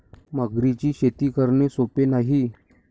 मगरींची शेती करणे सोपे नाही